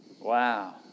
Wow